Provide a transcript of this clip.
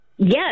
yes